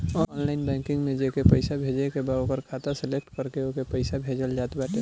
online banking में जेके पईसा भेजे के बा ओकर खाता सलेक्ट करके ओके पईसा भेजल जात बाटे